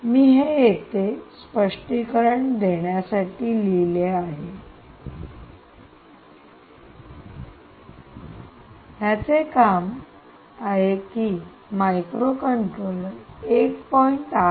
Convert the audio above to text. मी हे इथे स्पष्टीकरण देण्यासाठी लिहिले आहे याचे काम आहे की मायक्रोकंट्रोलर 1